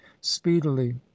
speedily